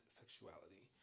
sexuality